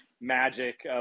magic